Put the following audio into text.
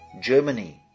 Germany